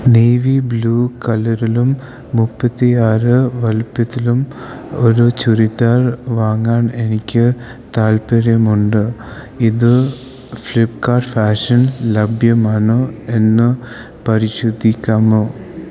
navy blue കളറിലും മുപ്പത്തിയാറ് വലുപ്പത്തിലും ഒരു ചുരിദാർ വാങ്ങാൻ എനിക്ക് താൽപ്പര്യമുണ്ട് ഇത് ഫ്ലിപ്പ്കാർട്ട് ഫാഷൻ ലഭ്യമാണോ എന്നു പരിശോധിക്കാമോ